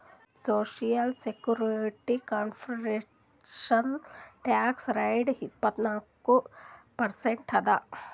social security contribution tax rate ಇಪ್ಪತ್ನಾಲ್ಕು percent ಅದ